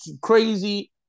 crazy